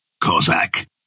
Cossack